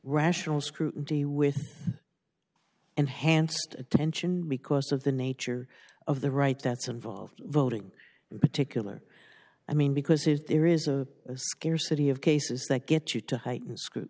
rational scrutiny with and hand attention because of the nature of the right that's involved voting in particular i mean because if there is a scarcity of cases that get you to heighten screwed